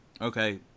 okay